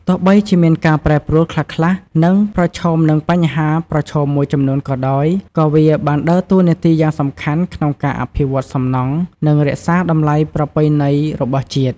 ទោះបីជាមានការប្រែប្រួលខ្លះៗ និងប្រឈមនឹងបញ្ហាប្រឈមមួយចំនួនក៏ដោយ ក៏វាបានដើរតួនាទីយ៉ាងសំខាន់ក្នុងការអភិវឌ្ឍន៍សំណង់ និងរក្សាតម្លៃប្រពៃណីរបស់ជាតិ។